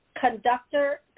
conductor